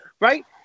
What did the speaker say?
Right